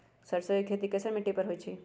सरसों के खेती कैसन मिट्टी पर होई छाई?